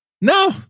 no